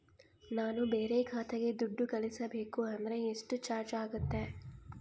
ನಾನು ಬೇರೆ ಖಾತೆಗೆ ದುಡ್ಡು ಕಳಿಸಬೇಕು ಅಂದ್ರ ಎಷ್ಟು ಚಾರ್ಜ್ ಆಗುತ್ತೆ?